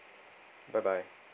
bye bye